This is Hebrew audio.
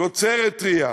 תוצרת טרייה,